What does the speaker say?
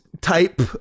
type